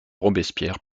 robespierre